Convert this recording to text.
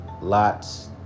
Lot's